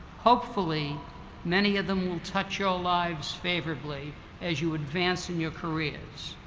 hopefully many of them will touch your lives favorably as you advance in your careers.